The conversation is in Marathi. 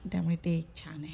त्यामुळे ते एक छान आहे